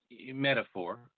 metaphor